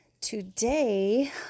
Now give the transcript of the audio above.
Today